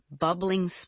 bubbling